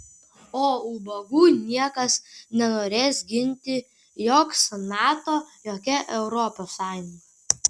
o ubagų niekas nenorės ginti joks nato jokia europos sąjunga